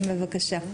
בבקשה.